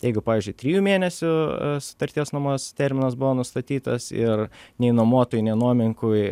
jeigu pavyzdžiui trijų mėnesių sutarties nuomos terminas buvo nustatytas ir nei nuomotojui nei nuomininkui